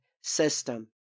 system